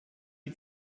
die